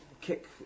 kick